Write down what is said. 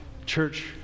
Church